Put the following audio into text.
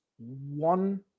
one